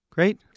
Great